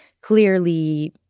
clearly